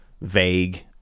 vague